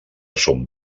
son